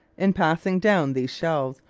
in passing down these shelves,